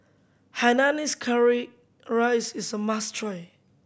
hainanese curry rice is a must try